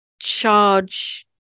charge